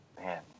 Man